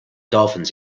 dolphins